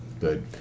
Good